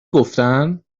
گفتن